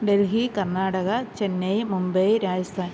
Delhi Karnataka Chennai Mumbai Rajasthan